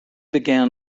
began